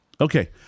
okay